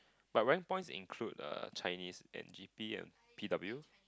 but rank points include Chinese and G_P and P_W